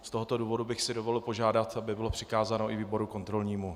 Z tohoto důvodu bych si dovolil požádat, aby to bylo přikázáno i výboru kontrolnímu.